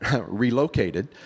relocated